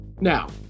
now